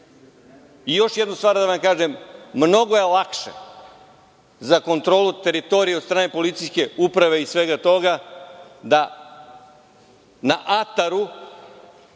jednu stvar da vam kažem, mnogo je lakše za kontrolu teritorije od strane policijske uprave i svega toga da na ataru